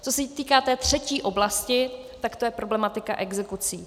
Co se týká té třetí oblasti, tak to je problematika exekucí.